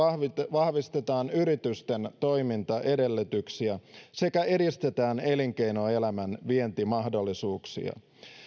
vahvistetaan yritysten toimintaedellytyksiä sekä edistetään elinkeinoelämän vientimahdollisuuksia